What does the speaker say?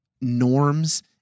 norms